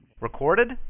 Recorded